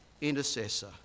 intercessor